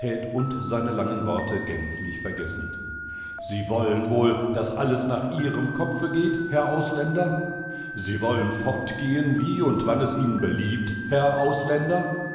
munder in der erbitterung des augenblicks seine würde seine respektabilität und seinelangenwortegänzlichvergessend siewollenwohl daßallesnachihremkopfe geht herr ausländer sie wollen fortgehen wie und wann es ihnen beliebt herr ausländer